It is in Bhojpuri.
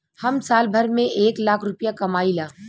हम साल भर में एक लाख रूपया कमाई ला